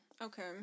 Okay